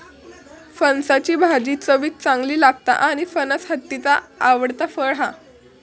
फणसाची भाजी चवीक चांगली लागता आणि फणस हत्तीचा आवडता फळ हा